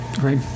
right